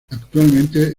actualmente